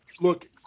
look